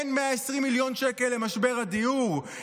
אין 120 מיליון שקל למשבר הדיור?